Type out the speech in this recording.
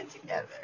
together